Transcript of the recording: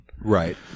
Right